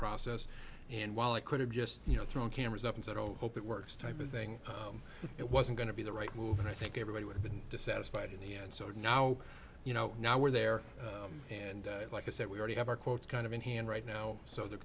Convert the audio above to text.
process and while i could have just you know thrown cameras up and said oh hope it works type of thing but it wasn't going to be the right move and i think everybody would have been dissatisfied in the end so now you know now we're there and like i said we already have our quote kind of in hand right now so th